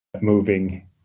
moving